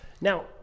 Now